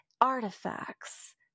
artifacts